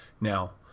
Now